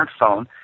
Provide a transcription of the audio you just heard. smartphone